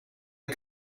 den